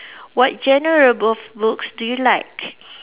what genre of boo~ books do you like